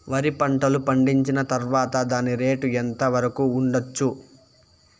వరి పంటలు పండించిన తర్వాత దాని రేటు ఎంత వరకు ఉండచ్చు